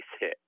hit